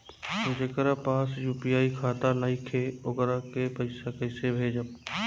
जेकरा पास यू.पी.आई खाता नाईखे वोकरा के पईसा कईसे भेजब?